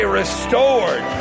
restored